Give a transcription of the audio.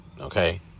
Okay